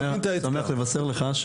אני שמח לבשר לך,